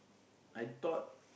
I thought